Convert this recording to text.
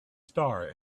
star